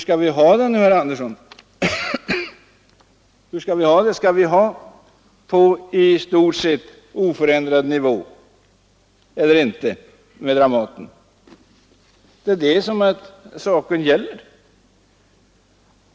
Skall vi behålla verksamheten på i stort sett oförändrad nivå eller inte? Det är det saken gäller!